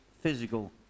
physical